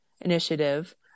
initiative